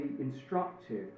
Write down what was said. instructive